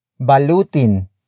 Balutin